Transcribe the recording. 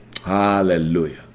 hallelujah